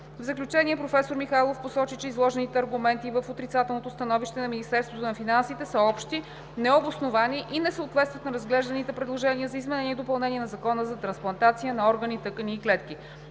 В заключение професор Михайлов посочи, че изложените аргументи в отрицателното становище на Министерството на финансите са общи, необосновани и не съответстват на разглежданите предложения за изменение и допълнение на Закона за трансплантация на органи, тъкани и клетки.